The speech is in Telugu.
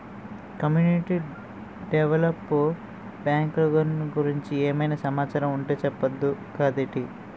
కమ్యునిటీ డెవలప్ బ్యాంకులు గురించి ఏమైనా సమాచారం ఉంటె చెప్పొచ్చు కదేటి